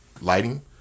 lighting